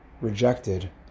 rejected